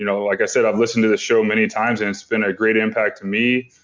you know like i said, i've listened to this show many times and it's been a great impact to me,